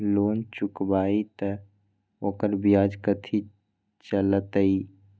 Loan चुकबई त ओकर ब्याज कथि चलतई?